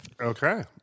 Okay